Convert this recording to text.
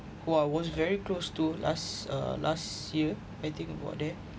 who I was very close to last uh last year I think about there